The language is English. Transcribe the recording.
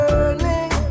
Burning